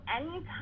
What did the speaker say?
anytime